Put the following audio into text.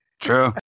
True